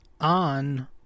on